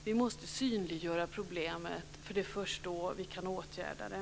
Vi måste synliggöra problemet, eftersom det är först då som vi kan åtgärda det.